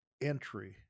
entry